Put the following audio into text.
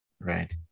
Right